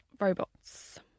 robots